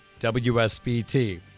WSBT